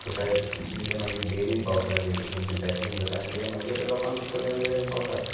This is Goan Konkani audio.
सोसायटीनसून ते मागीर डेरीन पावता डेयरीसून ते पॅकींग जाता आनी ते मागीर लोकांक पर्यत मेरेन पावता